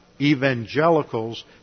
evangelicals